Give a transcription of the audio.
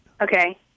Okay